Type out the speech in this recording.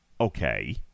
Okay